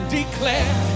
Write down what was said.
declare